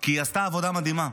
כי היא עשתה עבודה מדהימה: